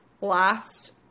last